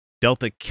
Delta